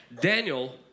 Daniel